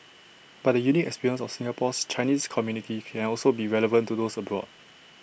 but the unique experience of Singapore's Chinese community can also be relevant to those abroad